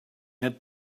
had